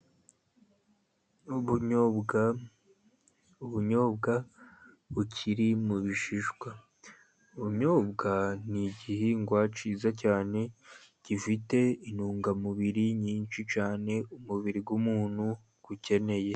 Ubunyobwa, ubunyobwa bukiri mu bishishwa, ubunyobwa ni igihingwa cyiza cyane, gifite intungamubiri nyinshi cyane umubiri w'umuntu ukeneye.